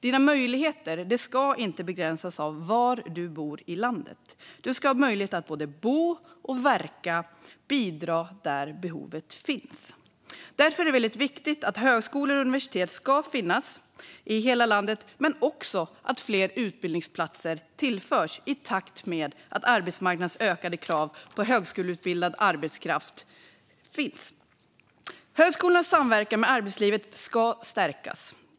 Dina möjligheter ska inte begränsas av var i landet du bor. Du ska ha möjlighet att både bo, verka och bidra där behovet finns. Därför är det väldigt viktigt att högskolor och universitet ska finnas i hela landet men också att fler utbildningsplatser tillförs i takt med arbetsmarknadens ökade krav på högskoleutbildad arbetskraft. Högskolornas samverkan med arbetslivet ska stärkas.